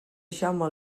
jaume